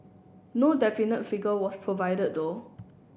no definite figure was provided though